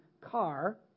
car